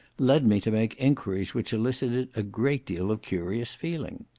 led me to make enquiries which elicited a great deal of curious feeling.